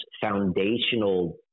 foundational